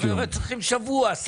אנחנו צריכים שבוע.